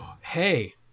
Hey